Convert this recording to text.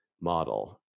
model